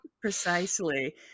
Precisely